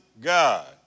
God